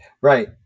Right